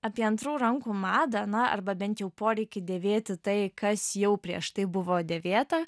apie antrų rankų madą na arba bent jau poreikį dėvėti tai kas jau prieš tai buvo dėvėta